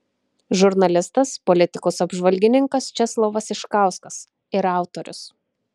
žurnalistas politikos apžvalgininkas česlovas iškauskas ir autorius